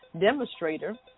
demonstrator